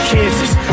Kansas